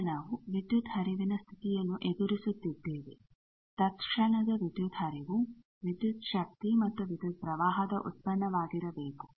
ಈಗ ನಾವು ವಿದ್ಯುತ್ ಹರಿವಿನ ಸ್ಥಿತಿಯನ್ನು ಎದುರಿಸುತಿದ್ದೇವೆ ತತ್ಕ್ಷಣದ ವಿದ್ಯುತ್ ಹರಿವು ವಿದ್ಯುತ್ ಶಕ್ತಿ ಮತ್ತು ವಿದ್ಯುತ್ ಪ್ರವಾಹದ ಉತ್ಪನ್ನಾಗಿರಬೇಕು